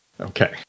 Okay